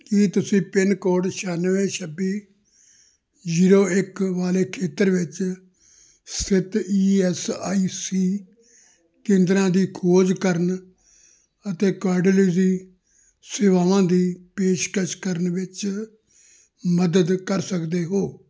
ਕੀ ਤੁਸੀਂ pin code ਛਿਆਨਵੇਂ ਛੱਬੀ ਜ਼ੀਰੋ ਇਕ ਵਾਲੇ ਖੇਤਰ ਵਿੱਚ ਸਥਿਤ ਈ ਐੱਸ ਆਈ ਸੀ ਕੇਂਦਰਾਂ ਦੀ ਖੋਜ ਕਰਨ ਅਤੇ ਕਾਰਡੀਓਲੋਜੀ ਸੇਵਾਵਾਂ ਦੀ ਪੇਸ਼ਕਸ਼ ਕਰਨ ਵਿੱਚ ਮਦਦ ਕਰ ਸਕਦੇ ਹੋ